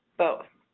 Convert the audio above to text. both